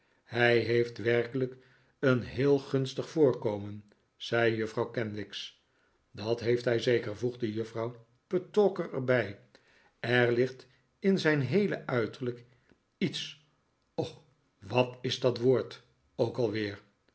hij heeft werkelijk een heel gunstig voorkomen zei juffrouw kenwigs dat heeft hij zeker voegde juffrouw petowker er bij er ligt in zijn heele uiterlijk iets och wat is dat woord ook al